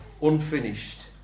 unfinished